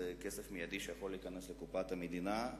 זה כסף מיידי שיכול להיכנס לקופת המדינה.